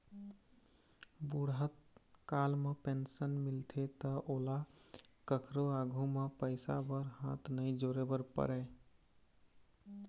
बूढ़त काल म पेंशन मिलथे त ओला कखरो आघु म पइसा बर हाथ नइ जोरे बर परय